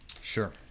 Sure